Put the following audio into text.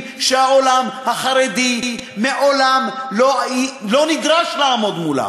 שהעולם החרדי מעולם לא נדרש לעמוד מולם.